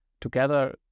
together